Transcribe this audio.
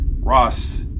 Ross